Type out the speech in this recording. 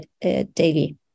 daily